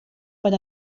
per